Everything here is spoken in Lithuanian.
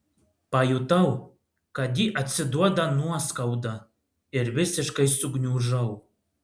pajutau kad ji atsiduoda nuoskauda ir visiškai sugniužau